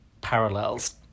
parallels